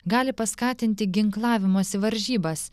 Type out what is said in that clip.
gali paskatinti ginklavimosi varžybas